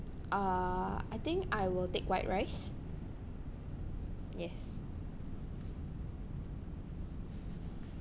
uh I think I will take white rice yes